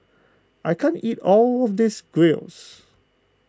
I can't eat all of this Gyros